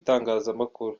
itangazamakuru